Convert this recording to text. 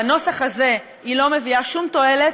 בנוסח הזה היא לא מביאה שום תועלת.